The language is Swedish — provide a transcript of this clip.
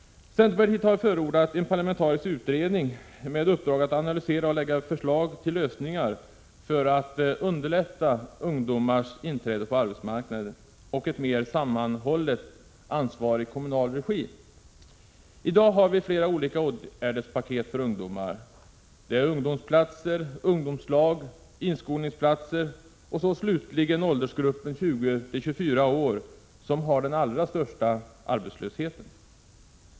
Centerpartiet har förordat en parlamentarisk utredning med uppdrag att analysera och lägga fram förslag till lösningar för att underlätta ungdomars inträde på arbetsmarknaden och ett mer sammanhållet ansvar i kommunal regi. I dag har vi flera olika åtgärdspaket för ungdomar — ungdomsplatser, ungdomslag och inskolningsplatser. Slutligen har vi åldersgruppen 20—24 år som har den största arbetslösheten.